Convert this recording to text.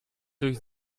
durch